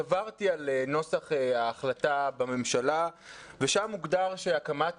עברתי על נוסח ההחלטה בממשלה ושם הוגדר שהקמת